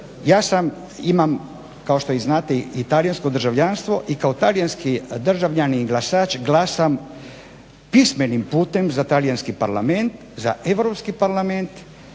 Ja sam, imam kao što i znate i talijansko državljanstvo i kao talijanski državljanin i glasač glasam pismenim putem za Talijanski parlament, za Europski parlament